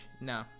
No